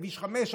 כביש 5,